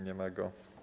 Nie ma go.